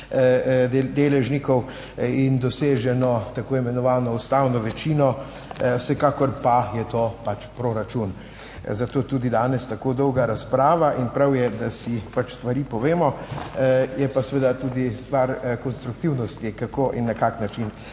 in doseženo tako imenovano ustavno večino, vsekakor pa je to pač proračun. Zato je tudi danes tako dolga razprava in prav je, da si pač stvari povemo, je pa seveda tudi stvar konstruktivnosti, kako in na kakšen način